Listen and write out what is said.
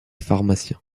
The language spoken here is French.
pharmaciens